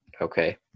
Okay